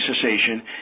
cessation